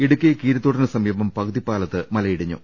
ഇടുക്കി കീരിത്തോടിന് സമീപം പകുതിപ്പാലത്ത് മലയിടിഞ്ഞു